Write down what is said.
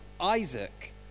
Isaac